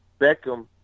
Beckham